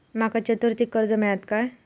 माका चतुर्थीक कर्ज मेळात काय?